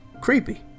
creepy